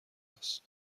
است